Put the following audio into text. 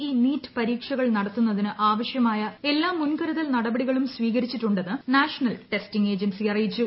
E NEET പരീക്ഷകൾ നടത്തുന്നതിന് ആവശ്യമായ എല്ലാ മുൻകരുതൽ നടപടികളും സ്വീകരിച്ചിട്ടുണ്ടെന്ന് നാഷണൽ ടെസ്റ്റിംഗ് ഏജൻസി അറിയിച്ചു